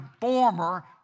former